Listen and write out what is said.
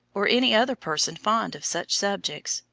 or any other person fond of such subjects,